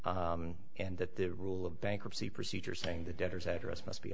and that the rule of bankruptcy procedure saying the debtors after us must be